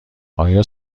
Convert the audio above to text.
آیا